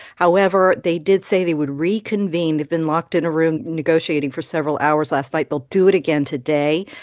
however, they did say they would reconvene. they've been locked in a room negotiating for several hours last night. they'll do it again today.